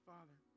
Father